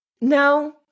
No